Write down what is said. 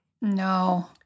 No